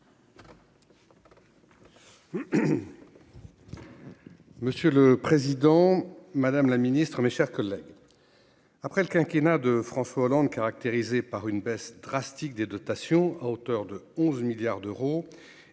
Monsieur le Président, Madame la Ministre, mes chers collègues, après le quinquennat de François Hollande, caractérisée par une baisse drastique des dotations à hauteur de 11 milliards d'euros,